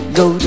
go